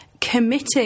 committing